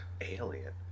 Alien